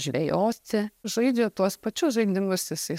žvejoti žaidžia tuos pačius žaidimus jisai